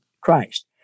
Christ